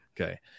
Okay